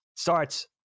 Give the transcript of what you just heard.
starts